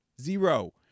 Zero